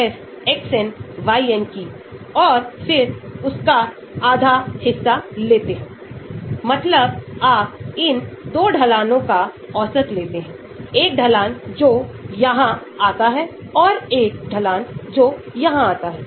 जबकि अगर कोई मेटा प्रतिस्थापन होता है तो हमारे पास रेजोनेंस प्रभाव नहीं होगा केवल प्रेरक प्रभाव हो रहा होगा जैसा कि आप यहां देख सकते हैं